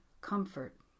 comfort